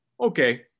okay